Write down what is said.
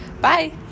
Bye